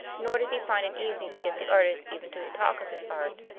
nor did he find it easy to get the artist even to talk of his art.